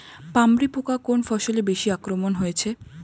পামরি পোকা কোন ফসলে বেশি আক্রমণ হয়েছে?